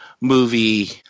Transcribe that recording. movie